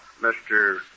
Mr